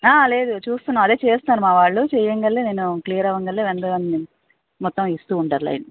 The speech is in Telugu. లేదు చుస్తున్నారు అదే చేస్తున్నారు మా వాళ్ళుచేయగానే నేను క్లియర్ అవ్వంగానే వన్ బై వన్ మొత్తం ఇస్తు ఉంటారు లైన్